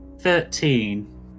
Thirteen